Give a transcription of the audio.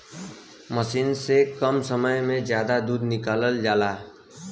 मसीन से कम समय में जादा दूध निकालल जाला